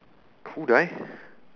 who die